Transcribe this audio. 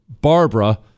Barbara